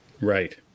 Right